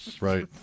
Right